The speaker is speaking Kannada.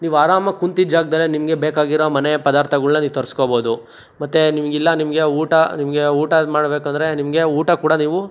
ನೀವು ಆರಾಮಾಗಿ ಕೂತಿದ್ದ ಜಾಗದಲ್ಲೇ ನಿಮಗೆ ಬೇಕಾಗಿರೋ ಮನೆ ಪದಾರ್ಥಗಳ್ನ ನೀವು ತರಿಸ್ಕೋಬೋದು ಮತ್ತು ನಿಮಗೆ ಇಲ್ಲ ನಿಮಗೆ ಊಟ ನಿಮಗೆ ಊಟ ಮಾಡ್ಬೇಕೆಂದ್ರೆ ನಿಮಗೆ ಊಟ ಕೂಡ ನೀವು